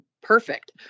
perfect